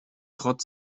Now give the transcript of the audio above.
rotz